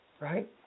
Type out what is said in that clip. right